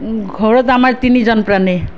ঘৰত আমাৰ তিনিজন প্ৰাণী